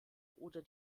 oder